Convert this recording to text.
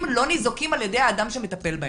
לא ניזוקים על ידי האדם שמטפל בהם.